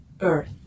Earth